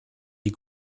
die